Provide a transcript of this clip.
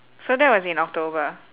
so that was in october